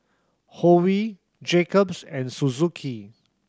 Hoyu Jacob's and Suzuki